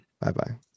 Bye-bye